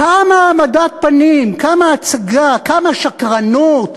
כמה העמדת פנים, כמה הצגה, כמה שקרנות.